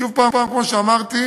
שוב הפעם, כמו שאמרתי,